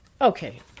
okay